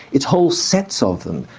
it's whole sets of them.